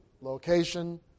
location